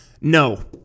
no